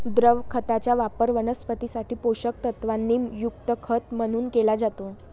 द्रव खताचा वापर वनस्पतीं साठी पोषक तत्वांनी युक्त खत म्हणून केला जातो